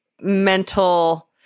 mental